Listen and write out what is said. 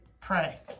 pray